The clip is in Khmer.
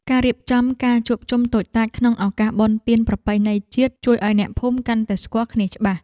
ការរៀបចំការជួបជុំតូចតាចក្នុងឱកាសបុណ្យទានប្រពៃណីជាតិជួយឱ្យអ្នកភូមិកាន់តែស្គាល់គ្នាច្បាស់។